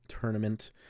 tournament